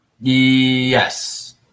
Yes